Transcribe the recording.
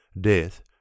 Death